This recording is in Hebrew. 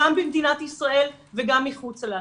גם במדינת ישראל וגם מחוצה לה.